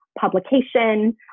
publication